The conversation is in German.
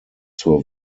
zur